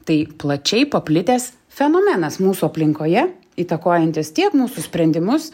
tai plačiai paplitęs fenomenas mūsų aplinkoje įtakojantis tiek mūsų sprendimus